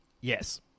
Yes